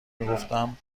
میگفتم